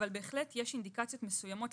אבל יש אינדיקציות מסוימות,